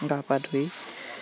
গা পা ধুই